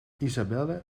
isabelle